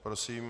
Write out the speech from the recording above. Prosím.